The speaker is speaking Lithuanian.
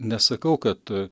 nesakau kad